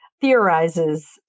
theorizes